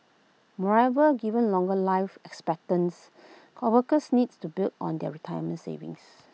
moreover given longer life expectancy workers need to build on their retirement savings